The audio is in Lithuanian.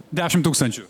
dešimt tūkstančių